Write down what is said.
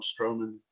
Strowman